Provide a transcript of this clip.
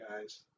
guys